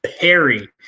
perry